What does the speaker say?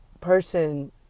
person